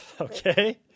Okay